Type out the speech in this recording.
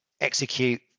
execute